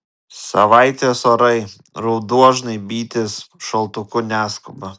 savaitės orai ruduo žnaibytis šaltuku neskuba